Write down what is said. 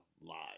live